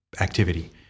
activity